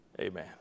Amen